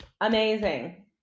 amazing